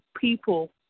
people